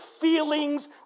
feelings